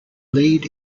lead